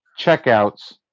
checkouts